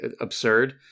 absurd